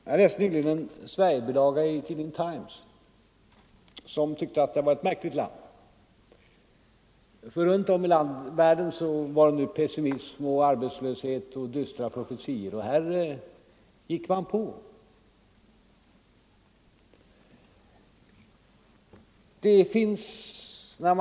Jag läste nyligen en Sverigebilaga i tidningen Times. Man tyckte att det här var ett märkligt land. Runt om i världen var det pessimism, arbetslöshet och dystra profetior, men här gick vi på som vanligt.